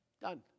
Done